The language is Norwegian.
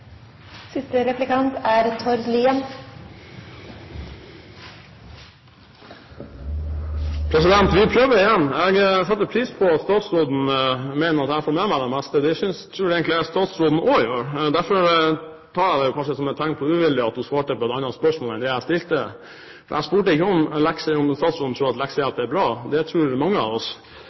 Vi prøver igjen. Jeg setter pris på at statsråden mener at jeg får med meg det meste. Det tror jeg egentlig statsråden også gjør. Derfor tar jeg det kanskje som et tegn på uvilje at hun svarte på et annet spørsmål enn det jeg stilte. Jeg spurte ikke om statsråden tror at leksehjelp er bra. Det tror mange av oss.